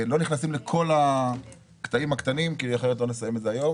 אנחנו לא נכנסים לכל הקטעים הקטנים כי אחרת לא נסיים את זה היום.